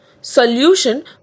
solution